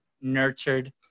nurtured